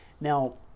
Now